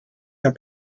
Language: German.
herr